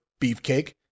Beefcake